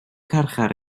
carchar